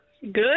Good